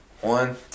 One